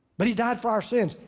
but he died for our sins.